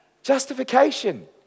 Justification